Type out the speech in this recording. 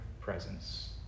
presence